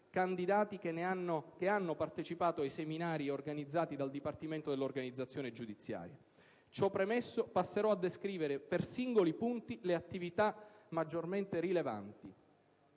candidati che hanno partecipato ai seminari organizzati dal Dipartimento dell'organizzazione giudiziaria. Ciò premesso, passerò a descrivere per singoli punti le attività maggiormente rilevanti.